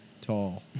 tall